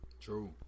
True